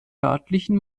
örtlichen